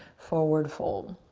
forward fold.